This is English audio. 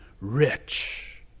rich